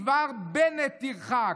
מדבר בנט תרחק.